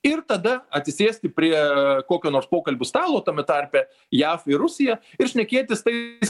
ir tada atsisėsti prie kokio nors pokalbių stalo tame tarpe jav ir rusija ir šnekėtis tais